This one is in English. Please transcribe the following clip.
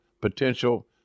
potential